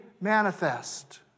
Manifest